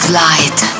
light